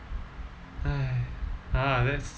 !huh! that's